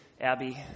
Abby